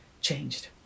changed